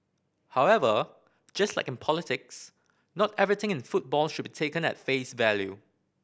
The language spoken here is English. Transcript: however just like in politics not everything in football should be taken at face value